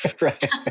Right